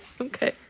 Okay